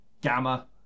Gamma